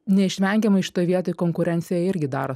neišvengiamai šitoj vietoj konkurencija irgi daro